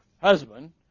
husband